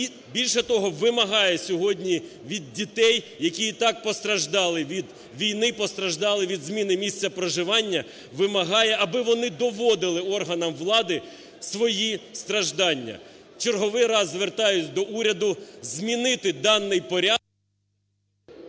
і, більше того, вимагає сьогодні від дітей, які і так постраждали від війни, постраждали від зміни місця проживання, вимагає, аби вони доводили органам влади свої страждання. В черговий раз звертаюсь до уряду змінити даний…